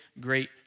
great